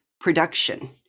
production